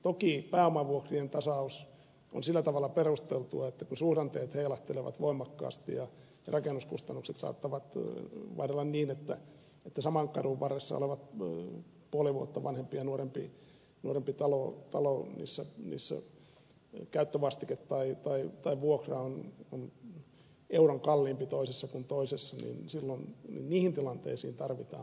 toki pääomavuokrien tasaus on sillä tavalla perusteltua että kun suhdanteet heilahtelevat voimakkaasti ja rakennuskustannukset saattavat vaihdella niin että saman kadun varressa olevat puoli vuotta vanhempi ja nuorempi talo missä käyttövastike tai vuokra on euron kalliimpi toisessa kuin toisessa niin silloin niihin tilanteisiin tarvitaan pääomatasausta